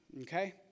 okay